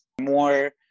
more